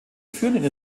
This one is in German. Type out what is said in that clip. führenden